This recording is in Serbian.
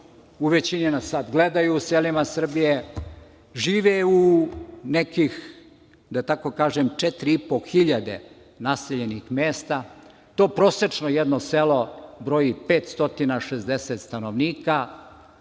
u većini nas sad gledaju u selima Srbije, žive u nekih, da tako kažem, 4.500 naseljenih mesta. To prosečno jedno selo broji 560 stanovnika,